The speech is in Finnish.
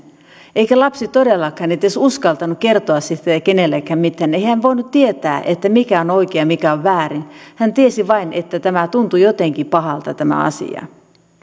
eikä lapsi todellakaan edes uskaltanut kertoa siitä kenellekään mitään ei hän voinut tietää mikä on oikein ja mikä on väärin hän tiesi vain että tämä tuntui jotenkin pahalta tämä asia